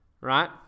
right